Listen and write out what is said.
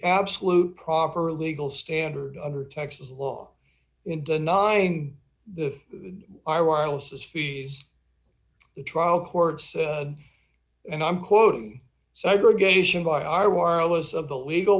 absolute proper legal standard under texas law in denying the our wireless fees the trial court said and i'm quoting segregation by our warless of the legal